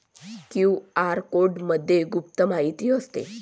QR कोडमध्ये गुप्त माहिती असते